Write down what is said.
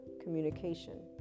communication